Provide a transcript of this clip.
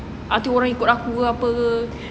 ada orang ikut aku ke apa